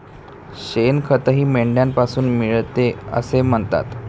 शेणखतही मेंढ्यांपासून मिळते असे म्हणतात